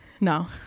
No